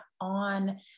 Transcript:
on